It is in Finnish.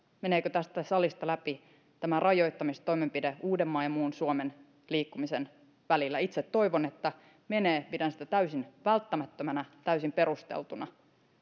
meneekö tästä salista läpi tämä rajoittamistoimenpide uudenmaan ja muun suomen liikkumisen välillä itse toivon että menee pidän sitä täysin välttämättömänä täysin perusteltuna